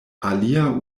alia